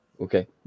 Okay